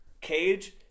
Cage